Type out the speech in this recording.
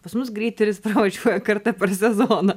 pas mus greideris pravažiuoja kartą per sezoną